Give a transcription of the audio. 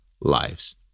lives